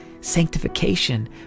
Sanctification